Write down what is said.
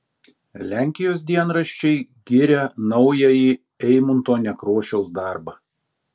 lenkijos dienraščiai giria naująjį eimunto nekrošiaus darbą